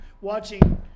Watching